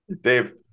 Dave